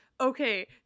Okay